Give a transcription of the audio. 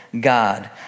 God